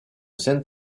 saint